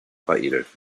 veredelt